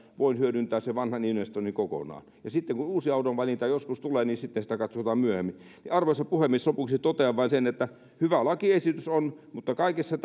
voin hyödyntää sen vanhan investoinnin kokonaan sitten kun uuden auton valinta joskus tulee niin sitten sitä katsotaan myöhemmin arvoisa puhemies lopuksi totean vain sen että hyvä lakiesitys on mutta kaikessa